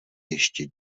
ještě